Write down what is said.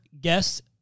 guest